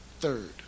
Third